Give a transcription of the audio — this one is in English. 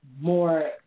more